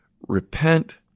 repent